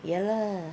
ya lah